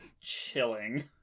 chilling